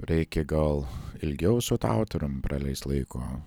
reikia gal ilgiau su autoriumi praleis laiko